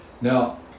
now